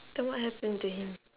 then what happen to him